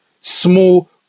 small